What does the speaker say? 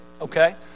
Okay